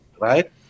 Right